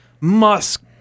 musk